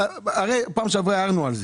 פעם שעברה הערנו על זה.